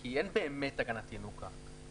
כי אין באמת הגנת ינוקא.